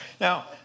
Now